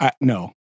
No